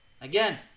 again